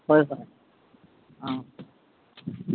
ꯍꯣꯏ ꯍꯣꯏ ꯑꯥ